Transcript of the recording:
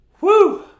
Woo